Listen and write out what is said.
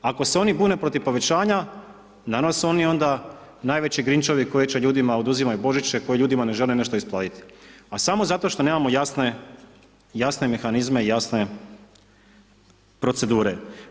Ako se oni bune protiv povećanja, danas su onda oni najveći Grinchevi koji ljudima oduzimaju Božiće, koji ljudima ne žele ništa isplatiti a samo zato što nemamo jasne mehanizme i jasne procedure.